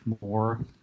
more